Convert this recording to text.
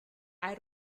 hay